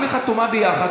אם היא חתומה יחד,